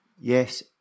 Yes